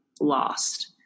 lost